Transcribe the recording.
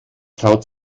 traut